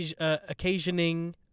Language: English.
occasioning